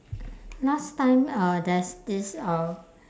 last time uh there's this uh